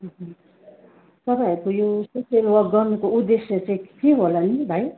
हजुर तपाईँहरूको यो सोसियल वर्क गर्नुको उद्देश्य चाहिँ के होला नि भाइ